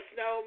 no